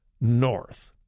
north